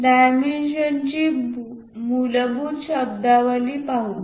dimensions ची मूलभूत शब्दावली पाहू